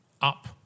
Up